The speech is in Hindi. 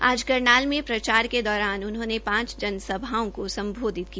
आज करनाल में प्रचार के दौरान उन्होंने पांच जनसभाओं को सम्बोधित किया